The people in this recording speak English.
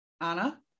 Anna